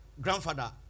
grandfather